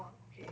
okay